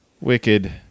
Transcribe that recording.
wicked